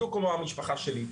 בדיוק כמו המשפחה שלי,